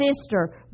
Sister